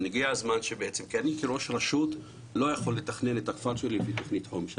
כי אני כראש רשות לא יכול לתכנן את הכפר שלי בלי תוכנית חומש.